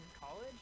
college